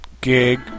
gig